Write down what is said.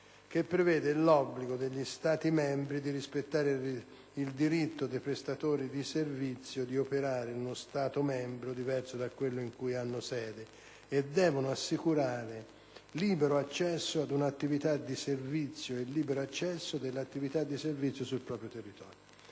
prevede l'obbligo degli Stati membri di rispettare il diritto dei prestatori di servizio di operare in uno Stato membro diverso da quello in cui hanno sede e di assicurare il libero accesso dell'attività di servizio sul proprio territorio.